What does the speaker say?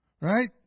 Right